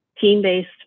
team-based